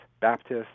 Baptists